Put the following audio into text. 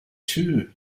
too